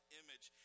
image